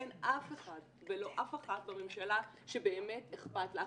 אין אף אחד ולא אף אחת בממשלה שבאמת אכפת לה.